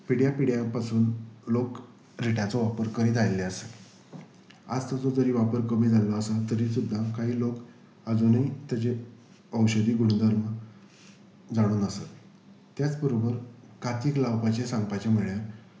पिड्या पिड्या पासून लोक रिट्याचो वापर करीत आयिल्ले आसा आज ताचो जरी वापर कमी जाल्लो आसा तरी सुद्दा कांय लोक आजुनूय तेजे औषदी गुणधर्म जाणून आसत त्याच बरोबर कातीक लावपाचें सांगपाचे म्हळ्यार